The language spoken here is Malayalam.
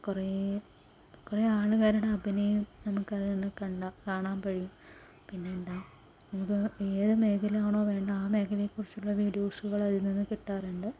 കുറെ കുറെ ആൾക്കാരുടെ അഭിനയം നമുക്ക് അതിൽ നിന്നും കണ്ടാൽ കാണാൻ കഴിയും പിന്നെ എന്താ നിങ്ങൾക്ക് ഏത് മേഖലയാണോ വേണ്ടത് ആ മേഖലയെ കുറിച്ചുള്ള വീഡിയോസുകള് അതിൽ നിന്നും കിട്ടാറുണ്ട്